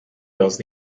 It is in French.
leurs